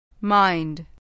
Mind